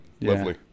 lovely